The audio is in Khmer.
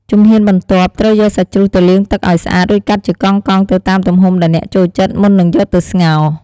ជំហានបន្ទាប់ ត្រូវយកសាច់ជ្រូកទៅលាងទឹកឱ្យស្អាតរួចកាត់ជាកង់ៗ ទៅតាមទំហំដែលអ្នកចូលចិត្ត មុននឹងយកទៅស្ងោរ។